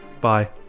Bye